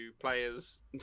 players